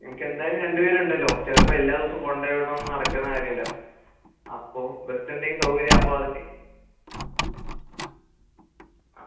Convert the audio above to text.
എനിക്ക് എന്തായാലും രണ്ട് പേരുണ്ടല്ലോ ചിലപ്പോൾ എല്ലാ ദിവസം കൊണ്ടുപോയി വിടലൊന്നും നടക്കുന്ന കാര്യമല്ല അപ്പോൾ ബസ് എന്തെങ്കിലും സൗകര്യം അപ്പോൾ അതിന് ആ